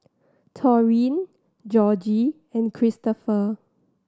Taurean Georgie and Kristopher